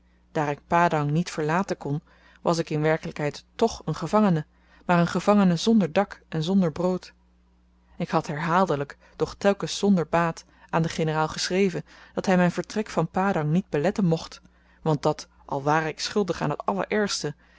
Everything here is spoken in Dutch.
daar ik padang niet verlaten kon was ik in werkelykheid tch een gevangene maar een gevangene zonder dak en zonder brood ik had herhaaldelyk doch telkens zonder baat aan den generaal geschreven dat hy myn vertrek van padang niet beletten mcht want dat al ware ik schuldig aan t allerergste